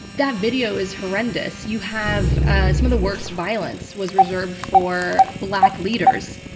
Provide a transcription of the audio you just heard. that video is horrendous. you have, ah some of the worst violence was reserved for black leaders.